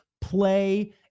play